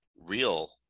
real